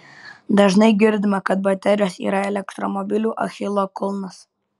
dažnai girdima kad baterijos yra elektromobilių achilo kulnas